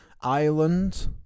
Ireland